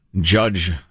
judge